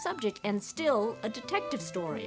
subject and still a detective stor